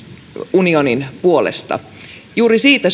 unionin puolesta juuri siitä